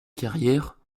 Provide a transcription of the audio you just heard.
carrière